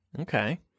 Okay